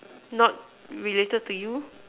not related to you